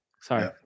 Sorry